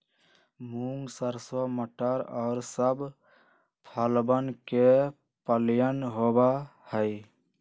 मूंग, सरसों, मटर और सब फसलवन के फलियन होबा हई